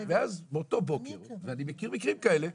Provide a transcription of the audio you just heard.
ואז באותו הבוקר ואני מכיר מקרים כאלה,